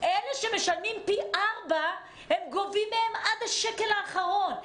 אלו שמשלמים פי ארבעה הם גובים מהם עד השקל האחרון.